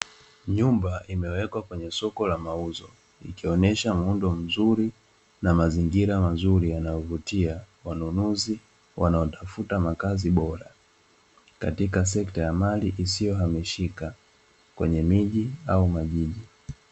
Nyumba imewekwa kwenye soko la mauzo, ikionyesha muundo mzuzri na mazingira mazuri yanayovutia wanunuzi wanaotafuta makazi bora katika sekta ya mali isiyohamishika kwenye miji au majiji.